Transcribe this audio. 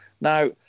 Now